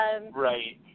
Right